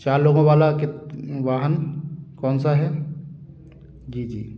चार लोगों वाला वाहन कौन सा है जी जी